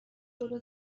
جلو